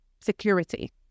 security